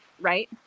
Right